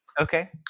Okay